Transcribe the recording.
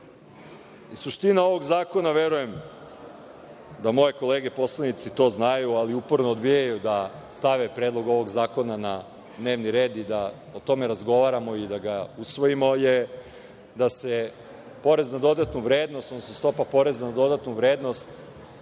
Suština ovog zakona, verujem da moje kolege poslanici to znaju ali uporno odbijaju da stave predlog ovog zakona na dnevni red i da o tome razgovaramo i da ga usvojimo, je da se porez na dodatu vrednost, odnosno stopa poreza na dodatu vrednost